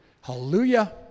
Hallelujah